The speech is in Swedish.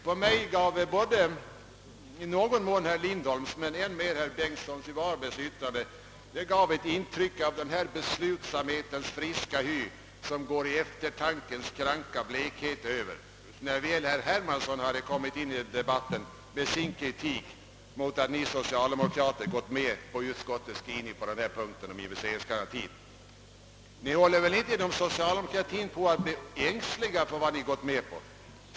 På mig gav både herr Lindholms och än mer herr Bengtssons i Varberg yttranden intryck av den beslutsamhetens friska hy som går i eftertankens kranka blekhet över — när väl herr Hermansson hade kommit in i debatten med sin kritik mot att socialdemokraterna gått med just på förslaget om in vesteringsgarantin. Ni håller väl inte inom socialdemokratin på att bli ängsliga för vad ni gått med på?